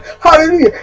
hallelujah